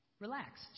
Relax